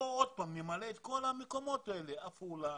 ונמלא את כל המקומות האלה כמו עפולה,